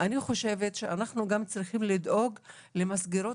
אני חושבת שאנחנו צריכים לדאוג למסגרות